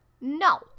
No